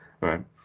right